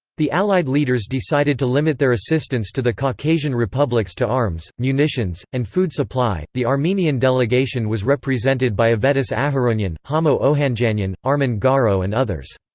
the allied leaders decided to limit their assistance to the caucasian republics to arms, munitions, and food supply the armenian delegation was represented by avetis aharonyan, hamo ohanjanyan, armen garo and others.